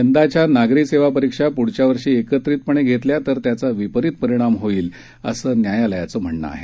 यंदाच्या नागरी सेवा परिक्षा पुढच्या वर्षी एकत्रितपणे घेतल्या तर त्याचा विपरित परिणाम होईल असं न्यायालयाचं म्हणणं आहे